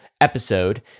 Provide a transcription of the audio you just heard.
episode